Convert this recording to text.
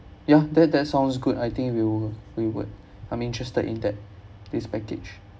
ya that that sounds good I think we'll we would I'm interested in that this package